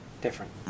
different